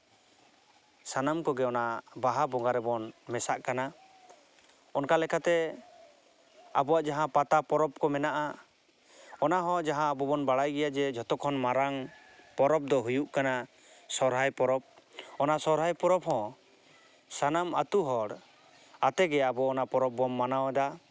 ᱥᱟᱱᱟᱢ ᱠᱚᱜᱮ ᱚᱱᱟ ᱵᱟᱦᱟ ᱵᱚᱸᱜᱟ ᱨᱮᱵᱚᱱ ᱢᱮᱥᱟᱜ ᱠᱟᱱᱟ ᱚᱱᱠᱟ ᱞᱮᱠᱟᱛᱮ ᱟᱵᱚᱣᱟᱜ ᱡᱟᱦᱟᱸ ᱯᱟᱛᱟ ᱯᱚᱨᱚᱵᱽ ᱠᱚ ᱢᱮᱱᱟᱜᱼᱟ ᱚᱱᱟ ᱦᱚᱸ ᱡᱟᱦᱟᱸ ᱟᱵᱚ ᱵᱚᱱ ᱵᱟᱲᱟᱭ ᱜᱮᱭᱟ ᱡᱮ ᱡᱷᱚᱛᱚ ᱠᱷᱚᱱ ᱢᱟᱨᱟᱝ ᱯᱚᱨᱚᱵᱽ ᱫᱚ ᱦᱩᱭᱩᱜ ᱠᱟᱱᱟ ᱥᱚᱨᱦᱟᱭ ᱯᱚᱨᱚᱵᱽ ᱚᱱᱟ ᱥᱚᱨᱦᱟᱭ ᱯᱚᱨᱚᱵᱽ ᱦᱚᱸ ᱥᱟᱱᱟᱢ ᱟᱹᱛᱩ ᱦᱚᱲ ᱟᱛᱮ ᱜᱮ ᱟᱵᱚ ᱚᱱᱟ ᱯᱚᱨᱚᱵᱽ ᱵᱚᱱ ᱢᱟᱱᱟᱣᱫᱟ